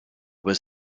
was